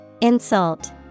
Insult